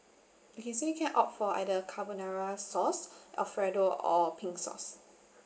okay so you can opt for either carbonara sauce alfredo or pink sauce